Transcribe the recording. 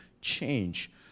change